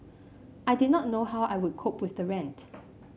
I did not know how I would cope with the rent